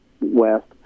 west